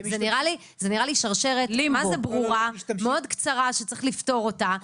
זו נראית לי שרשרת מה-זה ברורה ומאד קצרה שצריך לפתור אותה,